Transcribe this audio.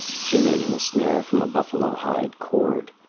she made him a snare from a buffalo-hide cord,